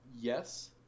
yes